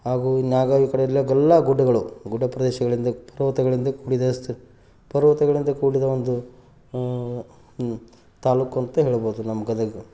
ಹಾಗೂ ನಾಗಾವಿ ಕಡೆ ಎಲ್ಲ ಗಲ್ಲ ಗುಡ್ಡಗಳು ಗುಡ್ಡ ಪ್ರದೇಶಗಳಿಂದ ಪರ್ವತಗಳಿಂದ ಕೂಡಿದ ಸ ಪರ್ವತಗಳಿಂದ ಕೂಡಿದ ಒಂದು ತಾಲೂಕು ಅಂತ ಹೇಳ್ಬೌದು ನಮ್ಮ ಗದಗ